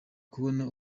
kubona